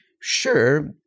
Sure